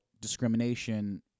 discrimination